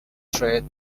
trade